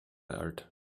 alt